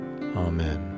amen